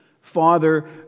Father